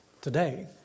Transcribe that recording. today